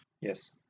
Yes